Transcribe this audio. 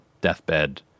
deathbed